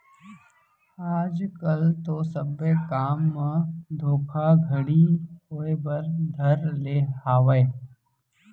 आज कल तो सब्बे काम म धोखाघड़ी होय बर धर ले हावय